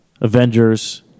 Avengers